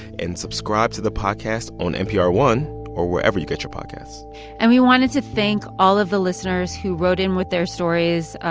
and subscribe to the podcast on npr one or wherever you get your podcasts and we wanted to thank all of the listeners who wrote in with their stories,